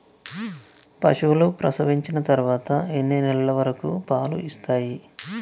పశువులు ప్రసవించిన తర్వాత ఎన్ని నెలల వరకు పాలు ఇస్తాయి?